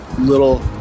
little